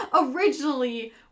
originally